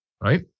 Right